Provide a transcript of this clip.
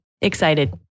Excited